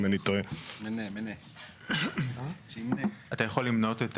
רומן, שם החברה שלו - שחר פלאס.